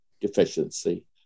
deficiency